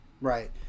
Right